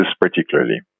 particularly